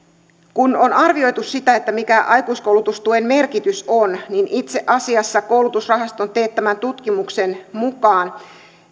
kun on arvioitu sitä mikä aikuiskoulutustuen merkitys on niin itse asiassa koulutusrahaston teettämän tutkimuksen mukaan